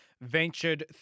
ventured